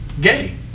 gay